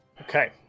Okay